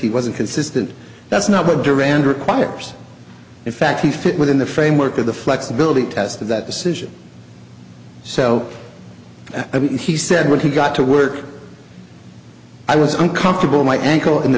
he wasn't consistent that's not what duran requires in fact he fit within the framework of the flexibility test of that decision so i mean he said when he got to work i was uncomfortable my ankle in the